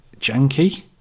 janky